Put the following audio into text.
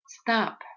Stop